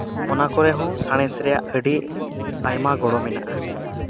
ᱚᱱᱟ ᱠᱚᱨᱮᱦᱚᱸ ᱥᱟᱬᱮᱥ ᱨᱮᱭᱟᱜ ᱟᱹᱰᱤ ᱟᱭᱢᱟ ᱜᱚᱲᱚ ᱢᱮᱱᱟᱜᱼᱟ